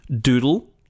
doodle